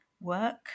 work